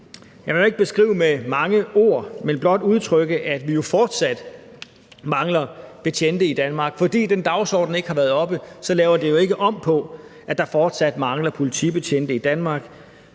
Jeg vil ikke beskrive den med mange ord, men blot udtrykke, at vi fortsat mangler betjente i Danmark. Fordi den dagsorden ikke har været oppe, laver det jo ikke om på, at der fortsat mangler politibetjente i Danmark,